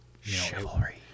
chivalry